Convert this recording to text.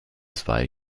zwei